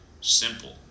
Simple